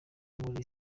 muri